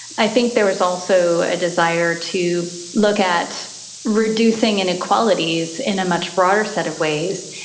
i think there is also a desire to look at reducing inequalities in a much broader set of ways,